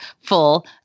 full